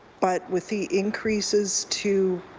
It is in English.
but with the increases to